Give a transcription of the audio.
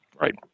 right